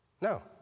No